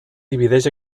divideix